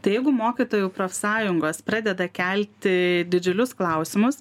tai jeigu mokytojų profsąjungos pradeda kelti didžiulius klausimus